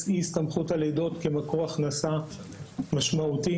אי-הסתמכות על לידות כמקור הכנסה משמעותי,